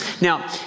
Now